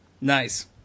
Nice